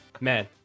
Man